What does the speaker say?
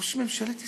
ראש ממשלת ישראל,